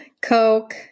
coke